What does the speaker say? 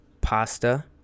pasta